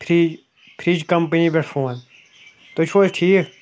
free fridge company پٮ۪ٹھ phone تُہۍ چھُو حظ ٹھیٖک